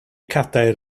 cadair